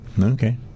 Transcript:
Okay